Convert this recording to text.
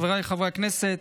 חבריי חברי הכנסת,